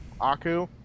Aku